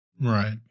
Right